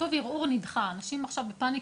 כשכתוב הערעור נדחה, אנשים עכשיו בפאניקה.